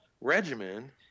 regimen